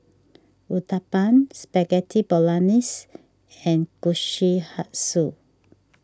Uthapam Spaghetti Bolognese and Kushikatsu